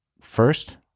First